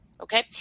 Okay